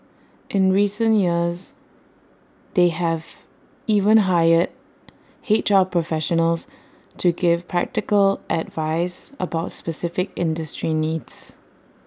in recent years they have even hired H R professionals to give practical advice about specific industry needs